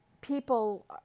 people